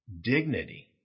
dignity